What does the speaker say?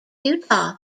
utah